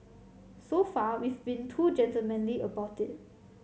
so far we've been too gentlemanly about it